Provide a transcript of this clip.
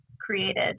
created